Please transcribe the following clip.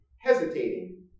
hesitating